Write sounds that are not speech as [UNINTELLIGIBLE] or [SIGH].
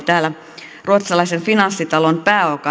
[UNINTELLIGIBLE] täällä ruotsalaisen finanssitalon